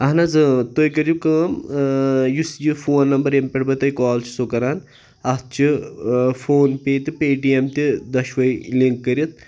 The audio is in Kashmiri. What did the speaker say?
اَہن حظ آ تُہۍ کٔرو کٲم یُس یہِ فون نَمبر ییٚمہِ پٮ۪ٹھ بہٕ تۄہہِ کال چھُسو کران اَتھ چھُ فون پَے تہٕ پَے ٹی ایٚم تہِ دۄشوے لِنک کٔرِتھ